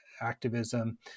activism